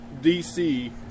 DC